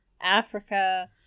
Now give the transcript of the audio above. africa